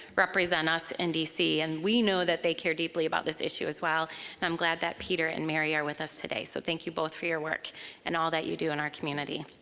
represent us in dc, and we know that they care deeply about this issue as well, and i'm glad that peter and mary are with us today. so thank you both for your work and all that you do in our community.